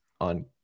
on